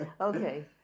Okay